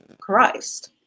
Christ